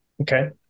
okay